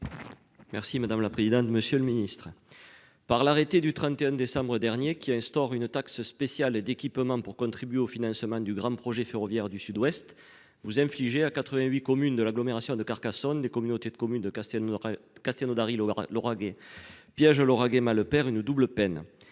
Merci madame la présidente. Monsieur le Ministre. Par l'arrêté du 31 décembre dernier qui instaure une taxe spéciale d'équipement pour contribuer au financement du grand projet ferroviaire du Sud-Ouest vous infliger à 88 communes de l'agglomération de Carcassonne des communautés de communes de Castel. Castelnaudary l'Lauragais piège Lauragais ma Lepère une double peine,